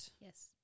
Yes